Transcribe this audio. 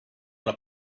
want